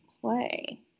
play